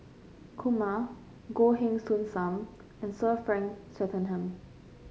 Kumar Goh Heng Soon Sam and Sir Frank Swettenham